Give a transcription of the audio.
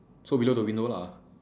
so below the window lah